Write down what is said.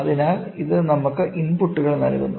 അതിനാൽ ഇത് നമുക്ക് ഇൻപുട്ടുകൾ നൽകുന്നു